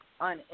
on